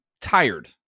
tired